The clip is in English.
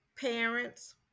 parents